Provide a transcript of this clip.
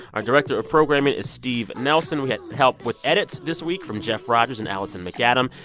our director of programming is steve nelson. we had help with edits this week from jeff rogers and alison macadam.